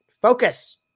focus